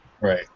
Right